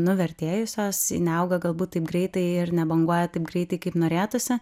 nuvertėjusios neauga galbūt taip greitai ir nebanguoja taip greitai kaip norėtųsi